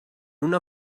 una